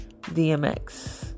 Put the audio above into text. DMX